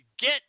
get